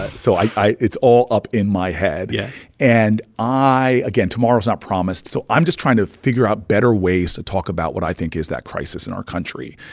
so i it's all up in my head yeah and i again, tomorrow's not promised, so i'm just trying to figure out better ways to talk about what i think is that crisis in our country,